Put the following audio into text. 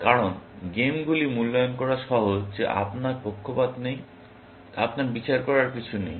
কারণ গেমগুলি মূল্যায়ন করা সহজ যে আপনার পক্ষপাত নেই আপনার বিচার করার কিছু নেই